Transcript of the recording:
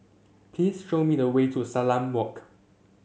please show me the way to Salam Walk